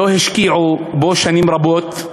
לא השקיעו בו שנים רבות.